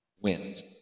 wins